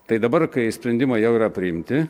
tai dabar kai sprendimai jau yra priimti